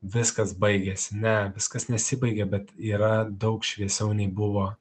viskas baigėsi ne viskas nesibaigė bet yra daug šviesiau nei buvo